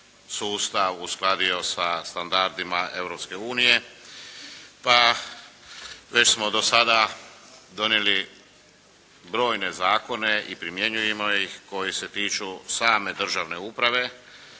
sustav uskladio sa standardima Europske unije pa već smo do sada donijeli brojne zakone i primjenjujemo ih koji se tiču same državne uprave.